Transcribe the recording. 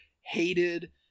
hated